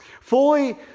fully